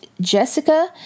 Jessica